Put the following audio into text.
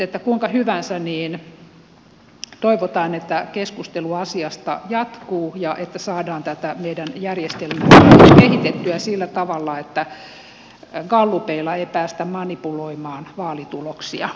mutta kuinka hyvänsä toivotaan että keskustelu asiasta jatkuu ja saadaan tätä meidän järjestelmäämme kehitettyä sillä tavalla että gallupeilla ei päästä manipuloimaan vaalituloksia